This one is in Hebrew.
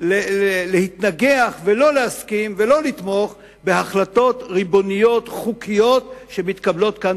להתנגח ולא להסכים ולא לתמוך בהחלטות ריבוניות חוקיות שמתקבלות כאן,